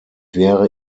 wäre